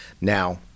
Now